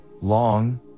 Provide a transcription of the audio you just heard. long